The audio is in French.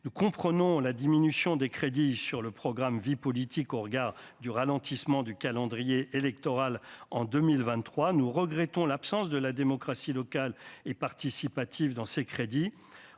nous comprenons la diminution des crédits sur le programme, vie politique au regard du ralentissement du calendrier électoral en 2023 nous regrettons l'absence de la démocratie locale et participative dans ces crédits